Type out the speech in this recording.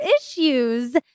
issues